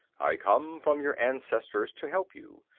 i come from your ancestors to help you.